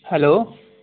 hello